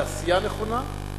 בעשייה נכונה,